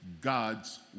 God's